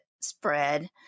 spread